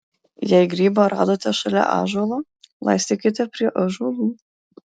jei grybą radote šalia ąžuolo laistykite prie ąžuolų